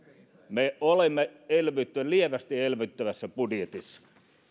me olemme lievästi elvyttävässä budjetissa